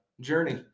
journey